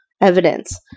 evidence